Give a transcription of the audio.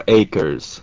acres